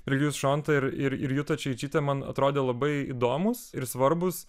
virgis šonta ir ir juta čeičytė man atrodė labai įdomūs ir svarbūs